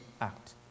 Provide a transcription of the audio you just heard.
act